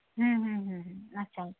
ᱦᱮᱸ ᱦᱮᱸ ᱦᱮᱸ ᱟᱪᱪᱷᱟ